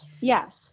Yes